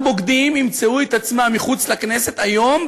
בוגדים ימצאו את עצמם מחוץ לכנסת היום,